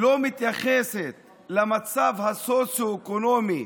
לא מתייחסת למצב הסוציו-אקונומי